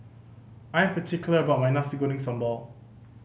I am particular about my Nasi Goreng Sambal